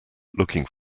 looking